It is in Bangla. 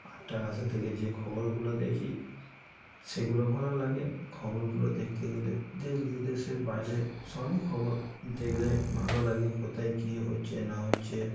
আটটা আর সে থেকে যে খবরগুলো দেখি সেগুলো ভালো লাগে খবরগুলো দেখতে গেলে দেশ বিদেশের বাইরে সবই খবর দেকলে ভালো লাগে কোথায় কী হচ্ছে না হচ্ছে